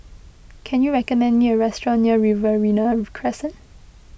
can you recommend me a restaurant near Riverina Crescent